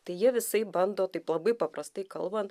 tai jie visaip bando taip labai paprastai kalbant